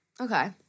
Okay